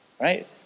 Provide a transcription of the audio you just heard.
right